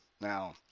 now